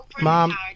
Mom